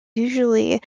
usually